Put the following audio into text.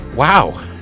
Wow